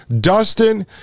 Dustin